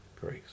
grace